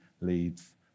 leads